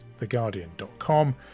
theguardian.com